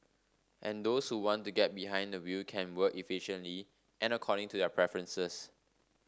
and those who want to get behind the wheel can work efficiently and according to their preferences